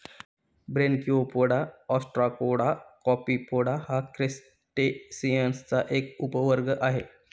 Branchiopoda, ostracoda, copepoda हा क्रस्टेसिअन्सचा एक उपवर्ग आहे